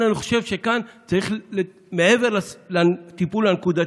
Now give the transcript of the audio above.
צריך לקחת את המקרה